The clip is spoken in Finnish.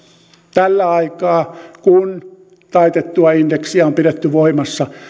tällä aikaa kun taitettua indeksiä on pidetty voimassa